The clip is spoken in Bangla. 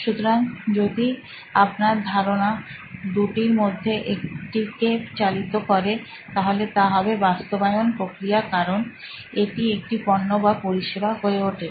সুতরাং যদি আপনার ধারণা দুটির মধ্যে একটিকে চালিত করে তাহলে তা হবে বাস্তবায়ন প্রক্রিয়া কারণ এটি একটি পন্য বা পরিষেবা হয়ে ওঠে